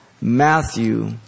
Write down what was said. Matthew